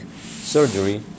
surgery